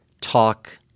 talk